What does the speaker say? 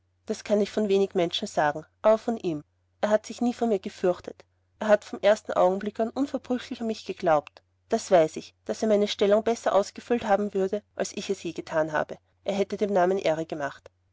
das kann ich von wenig menschen sagen aber von ihm er hat sich nie vor mir gefürchtet er hat vom ersten augenblick an unverbrüchlich an mich geglaubt das weiß ich daß er meine stellung besser ausgefüllt haben würde als ich es je gethan habe er hätte dem namen ehre gemacht